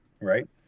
right